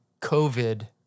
COVID